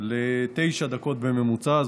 לתשע דקות בממוצע.